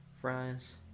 fries